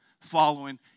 following